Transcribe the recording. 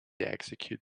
execute